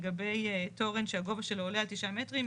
לגבי תורן שהגובה שלו עולה על 9 מטרים,